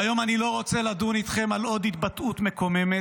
והיום אני לא רוצה לדון איתכם על עוד התבטאות מקוממת,